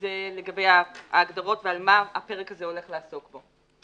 זה לגבי ההגדרות ועל מה הפרק הזה הולך לעסוק בו.